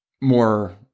more